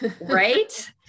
right